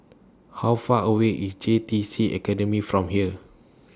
How Far away IS J T C Academy from here